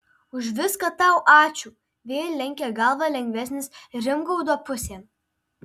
už viską tau ačiū vėl lenkė galvą lengvenis rimgaudo pusėn